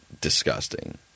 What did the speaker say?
disgusting